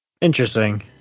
Interesting